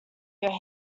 your